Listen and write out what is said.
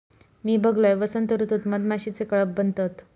मी बघलंय, वसंत ऋतूत मधमाशीचे कळप बनतत